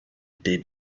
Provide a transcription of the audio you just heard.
they